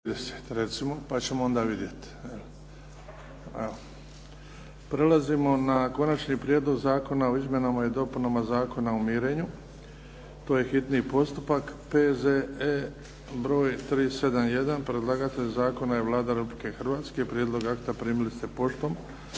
Prelazimo na - Konačni prijedlog Zakona o izmjenama i dopunama Zakona o mirenju, hitni postupak, prvo i drugo čitanje, P.Z.E. broj 371 Predlagatelj zakona je Vlada Republike Hrvatske. Prijedlog akta primili ste poštom.